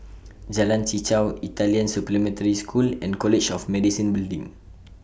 Jalan Chichau Italian Supplementary School and College of Medicine Building